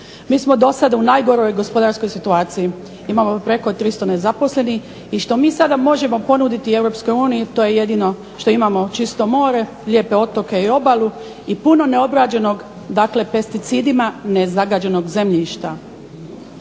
Mi smo do sada u najgoroj gospodarskoj situaciji. Imamo preko 300 nezaposlenih i što mi sada možemo ponuditi EU to je jedino što je imamo čisto more, lijepe otoke i obalu i puno neobrađenog dakle pesticidima nezagađenog zemljišta.